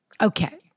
okay